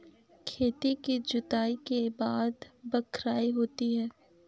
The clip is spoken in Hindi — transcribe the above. खेती की जुताई के बाद बख्राई होती हैं?